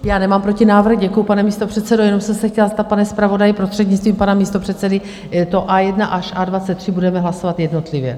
Já nemám protinávrh, děkuji, pane místopředsedo, jenom jsem se chtěla zeptat, pane zpravodaji, prostřednictvím pana místopředsedy, to A1 až A23 budeme hlasovat jednotlivě?